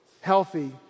healthy